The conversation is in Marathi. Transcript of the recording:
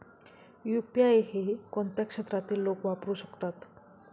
यु.पी.आय हे कोणत्या क्षेत्रातील लोक वापरू शकतात?